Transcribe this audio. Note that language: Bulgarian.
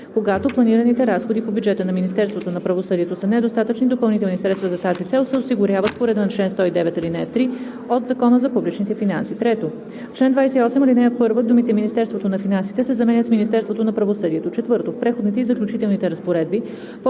„Когато планираните разходи по бюджета на Министерството на правосъдието са недостатъчни, допълнителни средства за тази цел се осигуряват по реда на чл. 109, ал. 3 от Закона за публичните финанси.“ 3. В чл. 28, ал. 1 думите „Министерството на финансите“ се заменят с „Министерството на правосъдието“. 4. В Преходните и заключителните разпоредби